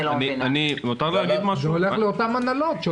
לאותן הנהלות.